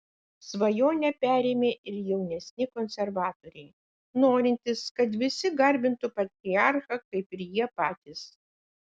svajonę perėmė ir jaunesni konservatoriai norintys kad visi garbintų patriarchą kaip ir jie patys